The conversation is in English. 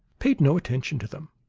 paid no attention to them,